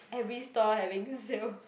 every store having sale